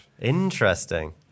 Interesting